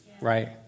right